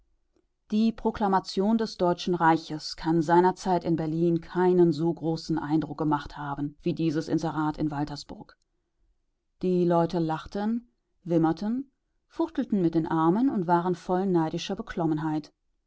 die proklamation des deutschen reiches kann seinerzeit in berlin keinen so großen eindruck gemacht haben wie dieses inserat in waltersburg die leute lachten wimmerten fuchtelten mit den armen und waren voll neidischer beklommenheit